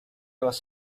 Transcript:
was